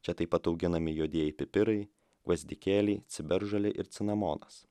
čia taip pat auginami juodieji pipirai gvazdikėliai ciberžolė ir cinamonas